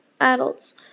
adults